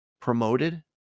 promoted